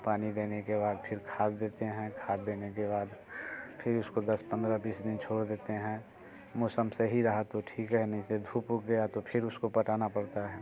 पानी देने के बाद फिर खाद देते हैं खाद देने के बाद फिर उसको दस पंद्रह बीस दिन छोड़ देते हैं मौसम सही रहा तो ठीक है नहीं तो धूप उग गया तो फिर उसको पटाना पड़ता है